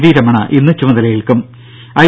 V രമണ ഇന്ന് ചുമതലയേൽക്കും ഐ